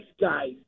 guys